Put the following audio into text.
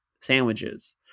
sandwiches